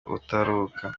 ubutaruhuka